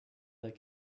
that